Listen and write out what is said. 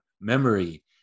memory